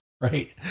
Right